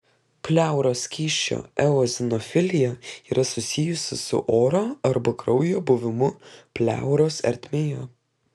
pleuros skysčio eozinofilija yra susijusi su oro arba kraujo buvimu pleuros ertmėje